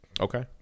Okay